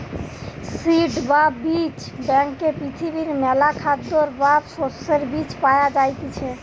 seed বা বীজ ব্যাংকে পৃথিবীর মেলা খাদ্যের বা শস্যের বীজ পায়া যাইতিছে